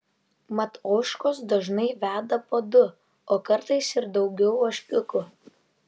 mat ožkos dažnai veda po du o kartais ir daugiau ožkiukų